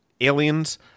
Aliens